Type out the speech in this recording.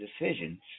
decisions